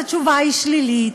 אז התשובה היא שלילית,